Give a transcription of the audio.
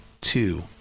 two